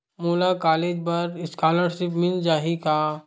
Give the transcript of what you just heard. मोला कॉलेज बर स्कालर्शिप मिल जाही का?